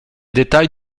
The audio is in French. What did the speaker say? détails